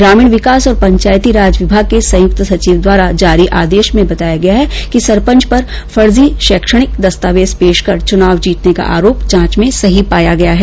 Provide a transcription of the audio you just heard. ग्रामीण विकास और पंचायती राज विभाग के संयुक्त सचिव द्वारा जारी आदेश में बताया गया है कि सरपंच पर फर्जी शैक्षणिक दस्तावेज पेश कर चुनाव जीतने का आरोप जांच में सही पाया गया है